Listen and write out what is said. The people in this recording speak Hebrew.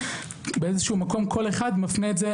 כל גוף מפנה לאחר,